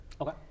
Okay